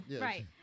Right